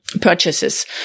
purchases